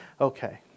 Okay